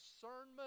discernment